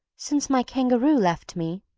since my kangaroo left me,